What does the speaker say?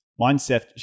Mindset